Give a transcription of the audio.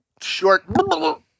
short